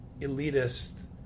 elitist